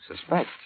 suspect